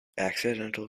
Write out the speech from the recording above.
accidental